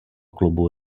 klubu